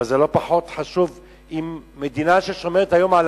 אבל זה לא פחות חשוב למדינה ששומרת היום על